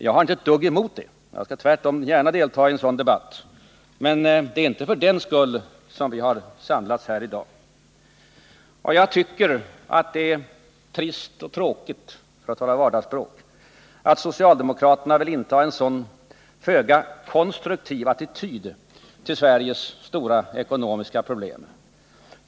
Jag har inte ett dugg emot en sådan — jag skall tvärtom gärna delta i en sådan debatt — men det är inte för den skull vi har samlats här i dag. Jag tycker att det är trist och tråkigt — för att tala vardagsspråk — att socialdemokraterna intar en så föga konstruktiv attityd till Sveriges stora ekonomiska problem.